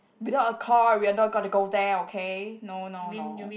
without a car we are not gonna go there okay no no no